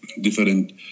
different